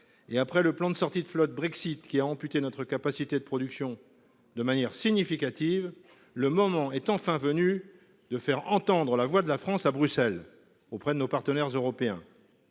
et après le plan de sortie de flotte post Brexit, qui a amputé notre capacité de production de manière significative, le moment est venu de faire entendre la voix de la France à Bruxelles auprès de nos partenaires européens.